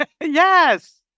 Yes